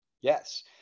Yes